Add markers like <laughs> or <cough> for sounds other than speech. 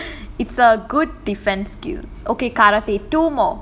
mm ya <laughs> it's a good defence skills okay karate two more